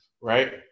right